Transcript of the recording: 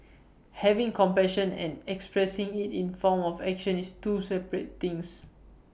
having compassion and expressing IT in form of action is two separate things